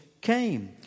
came